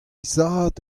zad